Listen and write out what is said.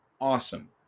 awesome